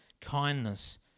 kindness